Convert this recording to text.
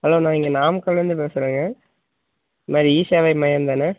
hello நான் இங்கே நாமக்கலேருந்து பேசுகிறேங்க இதுமாதிரி இ சேவை மையம் தானே